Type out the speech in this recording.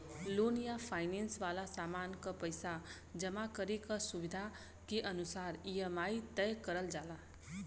loan या finance वाला सामान क पइसा जमा करे क सुविधा के अनुसार ई.एम.आई तय करल जाला